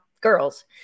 girls